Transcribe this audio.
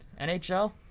NHL